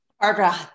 Barbara